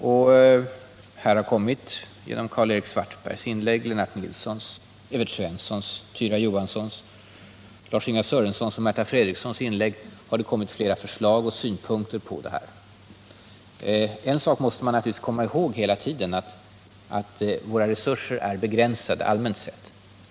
I sina inlägg har Karl-Erik Svartberg, Lennart Nilsson, Om åtgärder för att Evert Svensson, Tyra Johansson, Lars-Ingvar Sörenson och Märta Fred = trygga sysselsättrikson framfört olika förslag och synpunkter. ningen i Bohuslän, En sak måste vi hela tiden komma ihåg, nämligen att våra resurser = m.m. allmänt sett är begränsade.